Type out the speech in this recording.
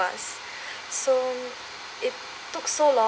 so it took so long